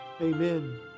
amen